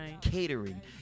catering